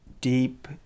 deep